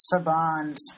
Saban's